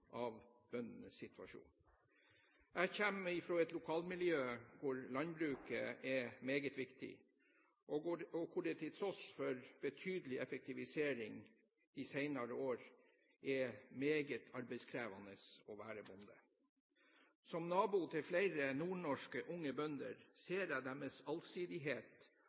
av bøndenes situasjon. Jeg kommer fra et lokalmiljø hvor landbruket er meget viktig, og hvor det til tross for betydelig effektivisering de senere årene er meget arbeidskrevende å være bonde. Som nabo til flere nordnorske unge bønder, ser jeg deres allsidighet